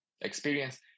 experience